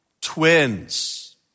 twins